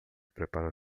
preparam